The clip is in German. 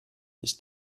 ist